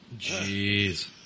Jeez